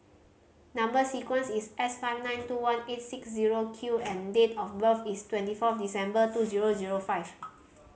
number sequence is S five nine two one eight six zero Q and date of birth is twenty fourth December two zero zero five